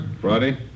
Friday